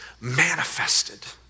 manifested